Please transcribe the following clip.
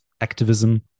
activism